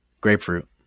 Grapefruit